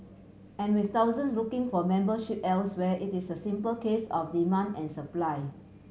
and with thousands looking for membership elsewhere it is a simple case of demand and supply